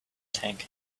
tank